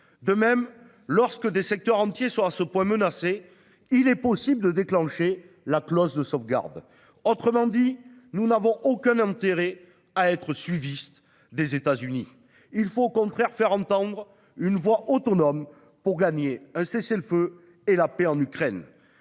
De même, lorsque des secteurs entiers sont à ce point menacés, il est possible de déclencher la clause de sauvegarde. Autrement dit, nous n'avons aucun intérêt à adopter une attitude suiviste à l'égard des États-Unis. Il nous faut au contraire faire entendre une voix autonome, pour obtenir un cessez-le-feu et parvenir à la paix en Ukraine.